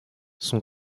son